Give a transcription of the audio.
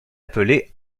appelé